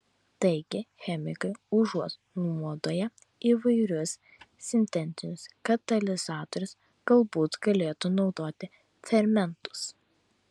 taigi chemikai užuot naudoję įvairius sintetinius katalizatorius galbūt galėtų naudoti fermentus